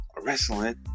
wrestling